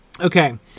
Okay